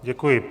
Děkuji.